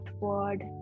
word